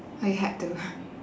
oh you had to